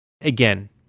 Again